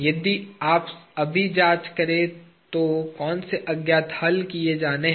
यदि आप अभी जांच करें तो कौन से अज्ञात हल किए जाने हैं